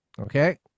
Okay